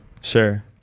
Sure